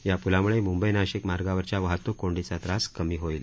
या प्लाम्ळे मंबई नाशिक मार्गावरच्या वाहतूक कोंडीचा त्रास कमी होईल